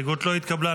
הסתייגות 29 לא נתקבלה.